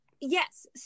Yes